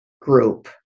group